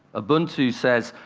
ah ubuntu says,